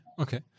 Okay